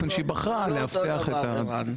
שהיא בחרה לאבטח את ה- -- זה לא אותו דבר ערן,